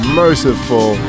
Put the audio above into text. merciful